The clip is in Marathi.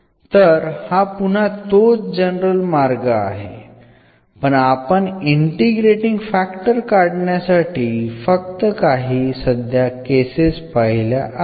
तर हा पुन्हा तोच जनरल मार्ग आहे पण आपण इंटिग्रेटींग फॅक्टर काढण्यासाठी फक्त काही सध्या केसेस पहिल्या आहेत